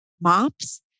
mops